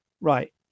Right